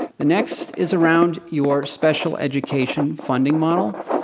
the next is around your special education funding model.